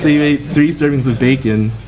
you ate three servings of bacon